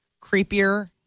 creepier